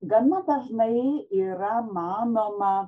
gana dažnai yra manoma